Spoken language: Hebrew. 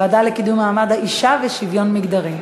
הוועדה לקידום מעמד האישה ולשוויון מגדרי.